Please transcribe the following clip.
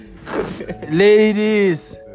ladies